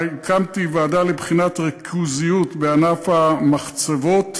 הקמתי ועדה לבחינת ריכוזיות בענף המחצבות.